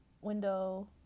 window